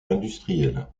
industriel